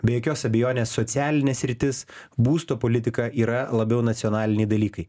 be jokios abejonės socialinė sritis būsto politika yra labiau nacionaliniai dalykai